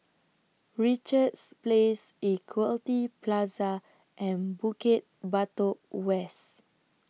Richards Place Equity Plaza and Bukit Batok West